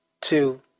two